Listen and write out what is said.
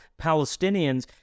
palestinians